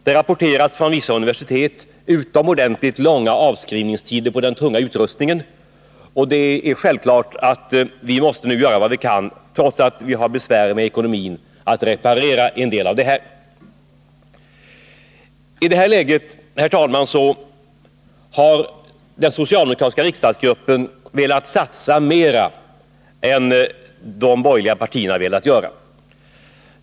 Det rapporteras från vissa universitet utomordentligt långa avskrivningstider på den tunga utrustningen, och det är självklart att vi nu måste göra vad vi kan, trots att vi har besvär med ekonomin, för att reparera en del av detta. I detta läge, herr talman, har den socialdemokratiska riksdagsgruppen velat satsa mer än de borgerliga partierna velat göra.